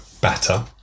batter